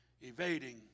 evading